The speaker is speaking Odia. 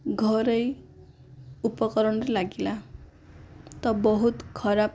ଘରୋଇ ଉପକରଣରେ ଲାଗିଲା ତ ବହୁତ ଖରାପ